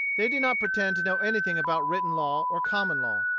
they did not pretend to know anything about written law or common law.